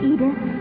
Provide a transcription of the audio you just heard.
Edith